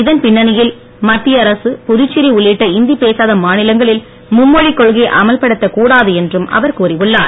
இதன் பின்னணியில் மத்திய அரசு புதுச்சேரி உள்ளிட்ட இந்தி பேசாதா மாநிலங்களில் மும்மொழிக் கொள்கையை அமல்படுத்தக் கூடாது என்றும் அவர் கூறி உள்ளார்